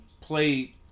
played